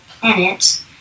planet